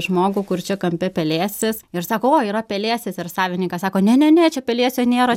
žmogų kur čia kampe pelėsis ir sako o yra pelėsis ir savininkas sako ne ne ne čia pelėsio nėra